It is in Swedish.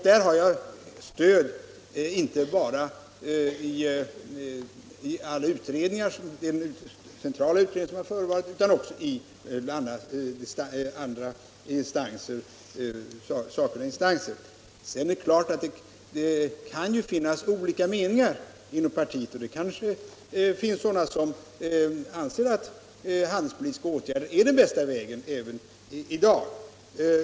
Där har jag stöd inte bara i den centrala utredning som förevarit utan också i andra sakkunniga instanser. Det kan givetvis finnas olika meningar inom ett parti. Några kanske anser att handelspolitiska åtgärder är den bästa vägen även i dag.